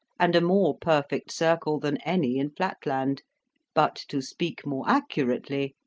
and a more perfect circle than any in flatland but to speak more accurately,